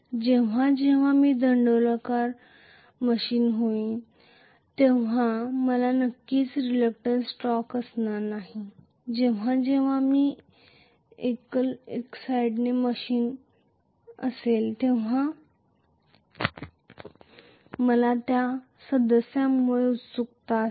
जेव्हा जेव्हा मी दंडगोलाकार मशीन घेईन तेव्हा मला नक्कीच रिलक्टंन्स टॉर्क असणार नाही आणि जेव्हा जेव्हा मी एकल एक्साइटेड मशीन असेल तेव्हा या एकसाईटेड सदस्यांमुळे माझ्याकडे केवळ रेलूक्टन्स टॉर्क असेल